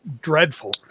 dreadful